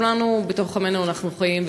כולנו בתוך עמנו אנחנו חיים,